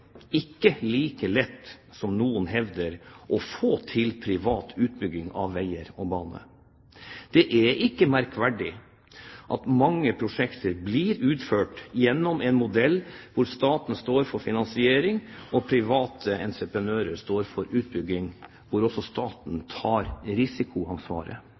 like lett som noen hevder, å få til privat utbygging av vei og bane. Det er ikke merkverdig at mange prosjekter blir utført gjennom en modell hvor staten står for finansiering og også tar risikoansvaret, og private entreprenører står for utbygging.